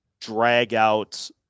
drag-out